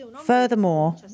Furthermore